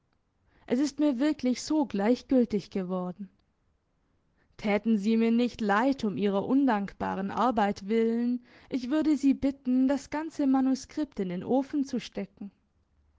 oder es ist mir wirklich so gleichgültig geworden täten sie mir nicht leid um ihrer undankbaren arbeit willen ich würde sie bitten das ganze manuskript in den ofen zu stecken